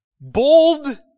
Bold